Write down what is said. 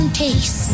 taste